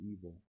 evil